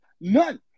None